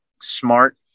smart